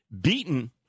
beaten